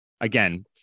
again